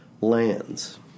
lands